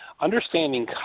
understanding